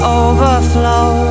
overflow